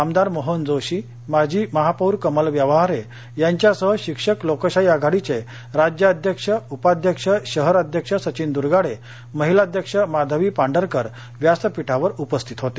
आमदार मोहन जोशी माजी महापौर कमाल व्यवहारे यांच्या सह शिक्षक लोकशाही आघाडीचे राज्य अध्यक्ष उपाध्यक्ष शहर अध्यक्ष सचिन दुर्गाडे महिलाध्यक्ष माधवी पांढरकर व्यासपीठावर उपस्थित होते